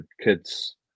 kids